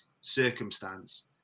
circumstance